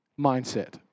mindset